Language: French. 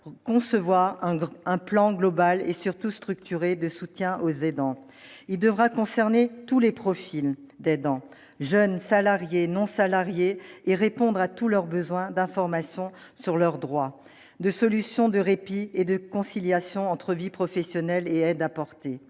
concevoir un plan global et surtout structuré de soutien aux aidants. Il devra concerner tous les profils d'aidants- jeunes, salariés, non-salariés -et répondre à tous leurs besoins d'information sur leurs droits, de solutions de répit et de conciliation entre vie professionnelle et aide apportée.